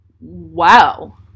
Wow